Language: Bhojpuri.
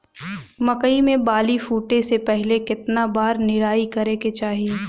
मकई मे बाली फूटे से पहिले केतना बार निराई करे के चाही?